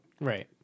Right